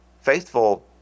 Faithful